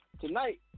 Tonight